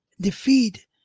defeat